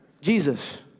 Jesus